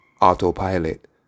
autopilot